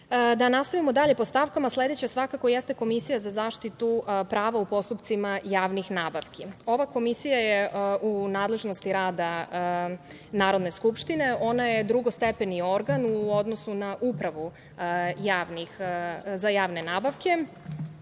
nastavimo dalje po stavkama. Sledeća je Komisija za zaštitu prava u postupcima javnih nabavki. Ova komisija je u nadležnosti rada Narodne skupštine. Ona je drugostepeni organ u odnosu na Upravu za javne nabavke.